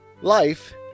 Life